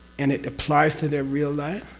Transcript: and it applies to their real life,